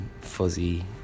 fuzzy